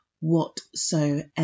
whatsoever